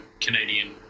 Canadian